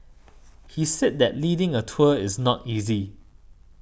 he said that leading a tour is not easy